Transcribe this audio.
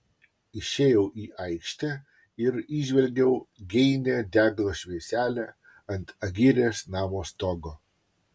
išėjau į aikštę ir įžvelgiau geinią deglo švieselę ant agirės namo stogo